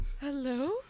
hello